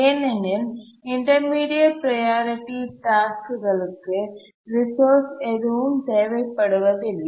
ஏனெனில் intermediate priority task களுக்கு resource எதுவும் தேவைப்படுவதில்லை